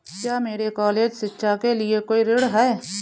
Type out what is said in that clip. क्या मेरे कॉलेज शिक्षा के लिए कोई ऋण है?